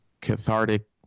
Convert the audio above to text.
cathartic